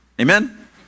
Amen